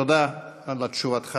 תודה על תשובתך